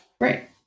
Right